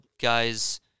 guy's